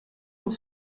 pour